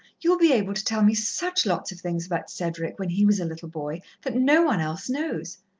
you'll be able to tell me such lots of things about cedric, when he was a little boy, that no one else knows.